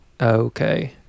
Okay